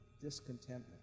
discontentment